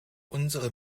unsere